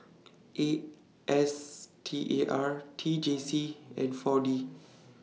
A S T A R T J C and four D